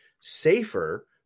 safer